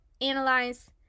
analyze